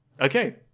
okay